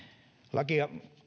lakia